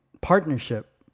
partnership